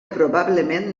probablement